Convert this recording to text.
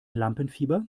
lampenfieber